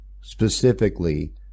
specifically